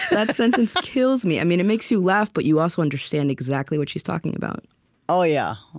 that sentence kills me. i mean it makes you laugh, but you also understand exactly what she's talking about oh, yeah.